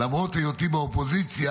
למרות היותי באופוזיציה,